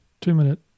two-minute